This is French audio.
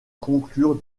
conclure